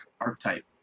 archetype